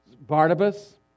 Barnabas